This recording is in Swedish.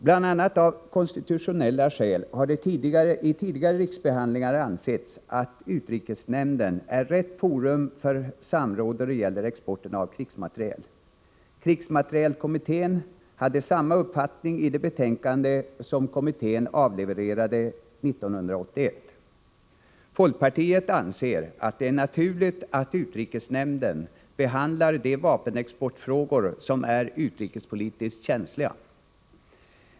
Bl.a. av konstitutionella skäl har det i tidigare riksdagsbehandlingar ansetts att utrikesnämnden är rätt forum för samråd då det gäller exporten av krigsmateriel. Krigsmaterielkommittén hade samma uppfattning i det betänkande som kommittén avlevererade 1981. Folkpartiet anser att det är naturligt att utrikesnämnden behandlar de vapenexportfrågor som är utrikespolitiskt känsliga.